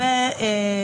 לראות.